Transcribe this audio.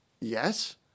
Yes